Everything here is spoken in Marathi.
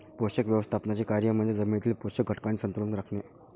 पोषक व्यवस्थापनाचे कार्य म्हणजे जमिनीतील पोषक घटकांचे संतुलन राखणे